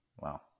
Wow